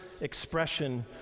expression